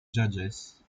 judges